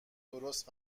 درست